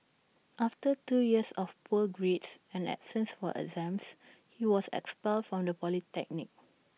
after two years of poor grades and absence from exams he was expelled from the polytechnic